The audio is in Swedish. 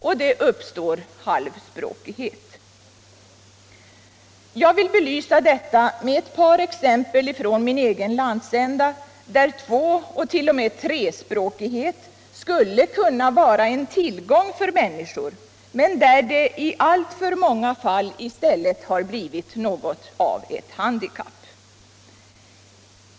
Och det uppstår halvspråkighet. Jag vill belysa detta med ett par exempel från min egen landsända, där tvåoch t.o.m. trespråkighet skulle kunna vara en tillgång för de människor som lever där men där det i alltför många fall i stället har blivit ett handikapp.